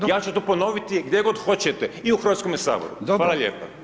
Ja ću to ponoviti gdje hoćete, i u Hrvatskome saboru, hvala lijepa.